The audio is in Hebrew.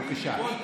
בבקשה.